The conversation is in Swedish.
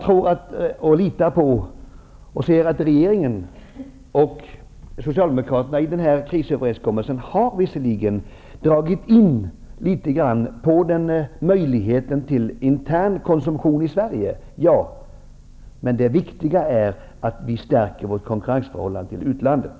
Regeringen och Socialdemokraterna har genom krisöverenskommelsen visserligen dragit in på möjligheten till intern konsumtion i Sverige. Men det viktiga är att vi stärker vår konkurrensförmåga gentemot utlandet.